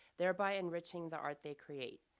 thereby enriching the art they create.